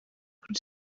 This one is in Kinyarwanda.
kuri